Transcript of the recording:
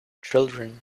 children